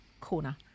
corner